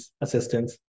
assistance